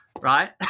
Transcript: right